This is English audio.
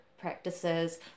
practices